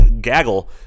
gaggle